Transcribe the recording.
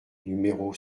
numéros